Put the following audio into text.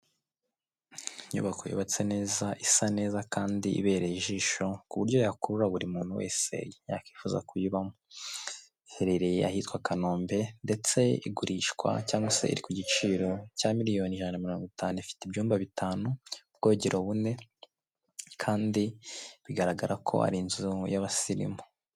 Inyubako yubatse neza isa neza kandi ibereye ijisho, ku buryo yakurura buri muntu wese yakifuza kuyibamo. Iherereye ahitwa Kanombe ndetse iragurishwa cyangwa se iri ku giciro cya miliyoni ijana na mirongo itanu, ifite ibyumba bitanu, ubwogero bune kandi bigaragara ko ari inzu y'abasirimu.